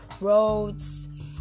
roads